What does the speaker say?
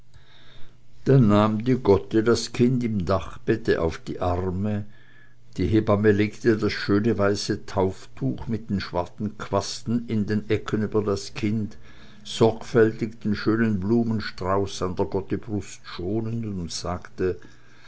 da nahm die gotte das kind im dachbette auf die arme die hebamme legte das schöne weiße tauftuch mit den schwarzen quasten in den ecken über das kind sorgfältig den schönen blumenstrauß an der gotte brust schonend und sagte